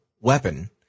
weapon